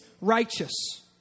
righteous